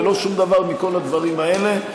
ולא שום דבר מכל הדברים האלה.